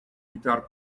guitar